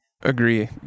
Agree